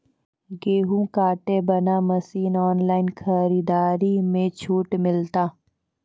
गेहूँ काटे बना मसीन ऑनलाइन खरीदारी मे छूट मिलता?